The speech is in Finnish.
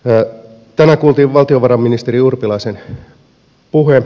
tänään kuultiin valtiovarainministeri urpilaisen puhe